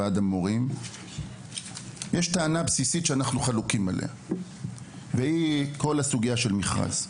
ויש טענה בסיסית שאנחנו חלוקים עליה והיא כל הסוגיה של מכרז.